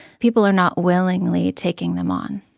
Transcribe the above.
people are not willingly taking them on.